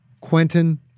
Quentin